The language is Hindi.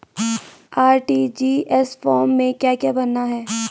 आर.टी.जी.एस फार्म में क्या क्या भरना है?